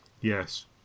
Yes